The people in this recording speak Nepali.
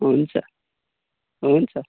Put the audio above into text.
हुन्छ हुन्छ